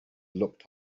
looked